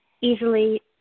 easily